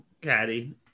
Caddy